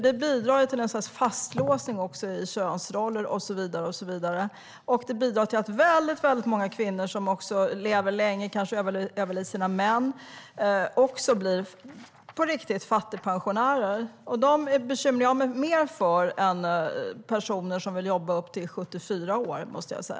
Det bidrar ju till en fastlåsning i könsroller, och det bidrar också till att väldigt många kvinnor som lever länge och överlever sina män i realiteten blir fattigpensionärer. Dem bekymrar jag mig mer om än de personer som vill jobba upp till 74 år.